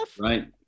Right